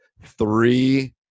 three